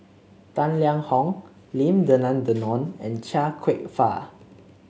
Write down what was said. Tang Liang Hong Lim Denan Denon and Chia Kwek Fah